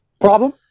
Problem